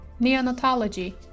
neonatology